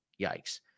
yikes